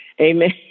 Amen